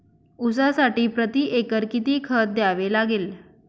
ऊसासाठी प्रतिएकर किती खत द्यावे लागेल?